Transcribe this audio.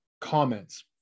comments